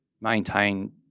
maintain